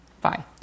Bye